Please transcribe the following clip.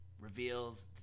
reveals